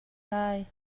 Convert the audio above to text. lai